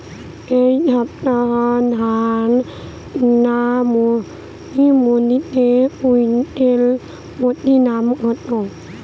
এই সপ্তাহে ধান কিষান মন্ডিতে কুইন্টাল প্রতি দাম কত?